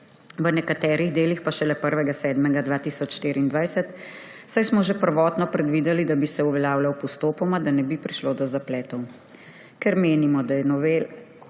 v nekaterih delih pa šele 1. 7. 2024, saj smo že prvotno predvideli, da bi se uveljavljal postopoma, da ne bi prišlo do zapletov. Ker menimo, da je novela